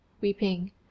weeping